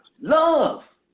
love